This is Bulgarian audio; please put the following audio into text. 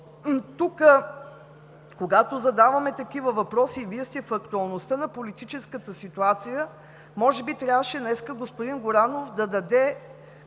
Тук, когато задаваме такива въпроси, и Вие сте в актуалността на политическата ситуация, може би трябваше днес господин Горанов да даде